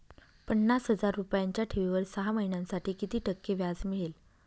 पन्नास हजार रुपयांच्या ठेवीवर सहा महिन्यांसाठी किती टक्के व्याज मिळेल?